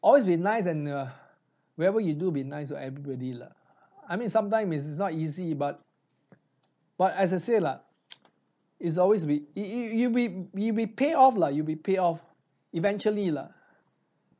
always be nice and ah whatever you do be nice to everybody lah I mean sometime it is not easy but but as I say lah it's always be you you you you'll be you'll be paid off lah you'll be paid off eventually lah